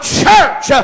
church